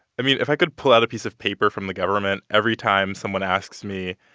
i mean, if i could pull out a piece of paper from the government every time someone asks me,